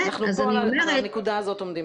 אנחנו עומדים עכשיו בנקודה הזאת.